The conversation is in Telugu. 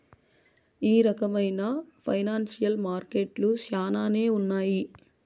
ఈ రకమైన ఫైనాన్సియల్ మార్కెట్లు శ్యానానే ఉన్నాయి